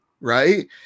right